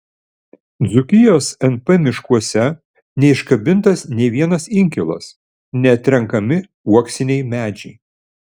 dzūkijos np miškuose neiškabintas nė vienas inkilas neatrenkami uoksiniai medžiai